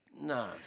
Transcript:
No